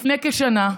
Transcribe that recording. לפני כשנה,